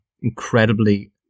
incredibly